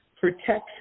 protection